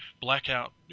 blackout